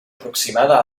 aproximada